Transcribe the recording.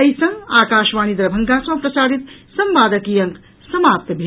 एहि संग आकाशवाणी दरभंगा सँ प्रसारित संवादक ई अंक समाप्त भेल